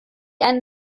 einen